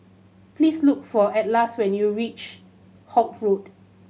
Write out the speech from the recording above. please look for Atlas when you reach Holt Road